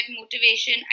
motivation